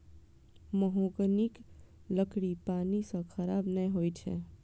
महोगनीक लकड़ी पानि सं खराब नै होइ छै